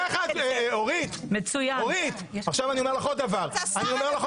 עוד דבר, אורית את יודעת איך